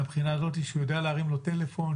מהבחינה הזאת שהוא יודע להרים לו טלפון,